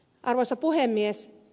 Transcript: arvoisa puhemies